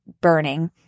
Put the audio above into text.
burning